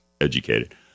educated